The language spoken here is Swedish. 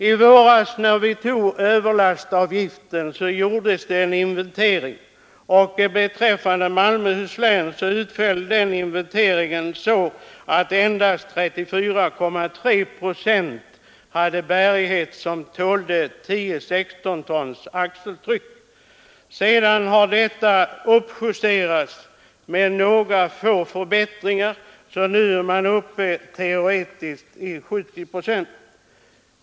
I våras när vi fattade beslut om överlastavgiften gjordes en inventering, och beträffande Malmöhus län utföll den inventeringen så, att endast 34,3 procent av vägarna hade sådan bärighet att de tålde 10—16 tons axeltryck. Sedan har några få förbättringar skett, så nu är man uppe teoretiskt i 70 procent.